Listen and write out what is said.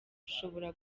rushobora